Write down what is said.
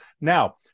Now